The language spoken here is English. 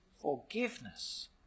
forgiveness